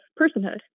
personhood